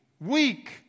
weak